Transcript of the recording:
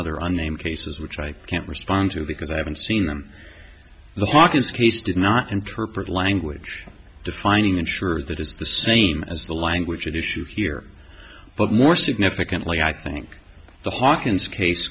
other unnamed cases which i can't respond to because i haven't seen them the hawkins case did not interpret language defining ensure that is the same as the language at issue here but more significantly i think the hawkins case